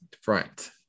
front